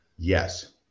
Yes